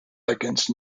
against